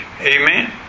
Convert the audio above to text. Amen